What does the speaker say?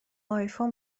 آیفون